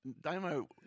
Damo